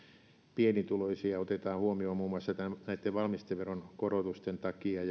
pienituloisia otetaan huomioon muun muassa näitten valmisteveron korotusten takia